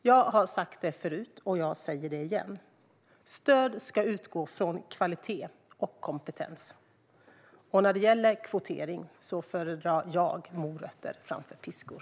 Jag har sagt det förut, och jag säger det igen: Stöd ska utgå från kvalitet och kompetens. Och när det gäller kvotering föredrar jag morötter framför piskor.